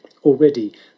already